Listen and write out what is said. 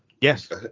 Yes